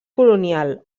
colonial